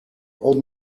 old